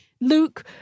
Luke